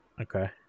okay